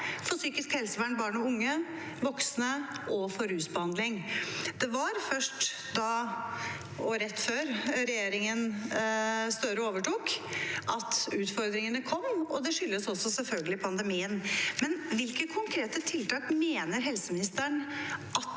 for psykisk helsevern for barn og unge og voksne og for rusbehandling. Det var først da – og rett før – regjeringen Støre overtok, utfordringene kom, og det skyldes også selvfølgelig pandemien. Hvilke konkrete tiltak mener helseministeren